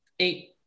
Eight